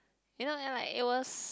you know and like it was